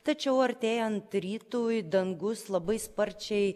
tačiau artėjant rytui dangus labai sparčiai